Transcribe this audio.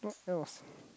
both they were